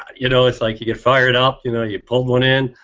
you know? it's like you get fired up you know? you pulled one in,